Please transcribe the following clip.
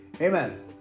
Amen